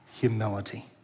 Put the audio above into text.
humility